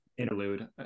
interlude